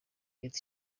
leta